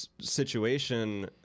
situation